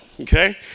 okay